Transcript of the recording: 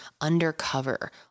undercover